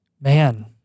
Man